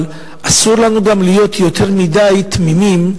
אבל גם אסור לנו להיות יותר מדי תמימים,